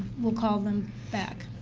will call them back.